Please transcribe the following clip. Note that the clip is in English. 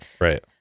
Right